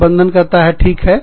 प्रबंधन कहता है ठीक है